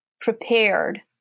prepared